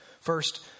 First